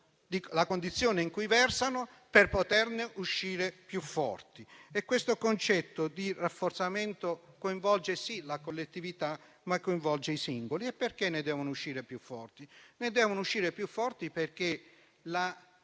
la condizione in cui versano, per poterne uscire più forti. Questo concetto di rafforzamento coinvolge sì la collettività, ma coinvolge soprattutto i singoli. Perché ne devono uscire più forti? Ne devono uscire più forti perché la